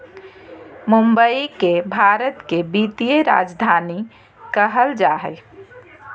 मुंबई के भारत के वित्तीय राजधानी कहल जा हइ